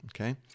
Okay